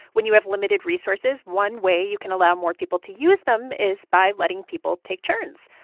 when you have limited resources, one way you can allow more people to use them is by letting people take turns.